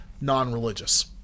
non-religious